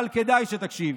אבל כדאי שתקשיב.